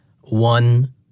one